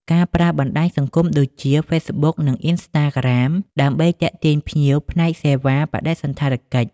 ការប្រើបណ្តាញសង្គមដូចជា ហ្វេសបុក និង អុីនស្តាក្រាម ដើម្បីទាក់ទាញភ្ញៀវផ្នែកសេវាបដិសណ្ឋារកិច្ច។